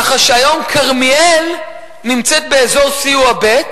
כך שהיום כרמיאל נמצאת באזור סיוע ב',